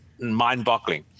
mind-boggling